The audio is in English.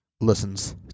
listens